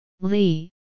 Lee